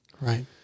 Right